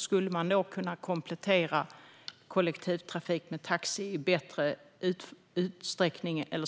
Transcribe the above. Skulle man då kunna komplettera kollektivtrafik med taxi i större utsträckning än